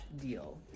deal